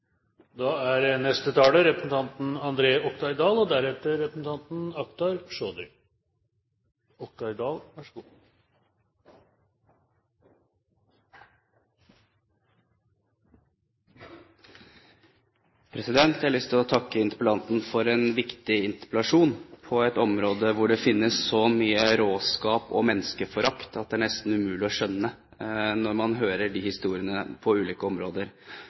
Jeg har lyst til å takke interpellanten for en viktig interpellasjon på et område hvor det finnes så mye råskap og menneskeforakt at det nesten er umulig å skjønne når man hører disse historiene på ulike områder,